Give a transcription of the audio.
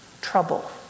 trouble